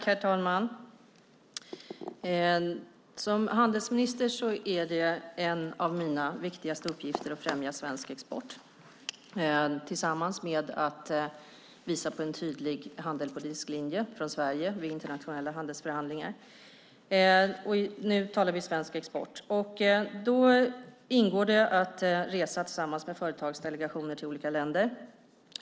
Herr talman! Som handelsminister är en av mina viktigaste uppgifter att främja svensk export tillsammans med att visa på en tydlig handelspolitisk linje från Sverige vid internationella handelsförhandlingar, och nu talar vi svensk export. Då ingår det att resa tillsammans med företagsdelegationer till olika länder.